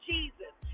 Jesus